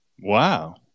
Wow